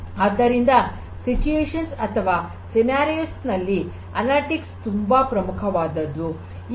ಆದ್ದರಿಂದ ಈ ಸಂದರ್ಭ ಅಥವಾ ಸನ್ನಿವೇಶದಲ್ಲಿ ಅನಾಲಿಟಿಕ್ಸ್ ತುಂಬಾ ಪ್ರಮುಖವಾದದ್ದು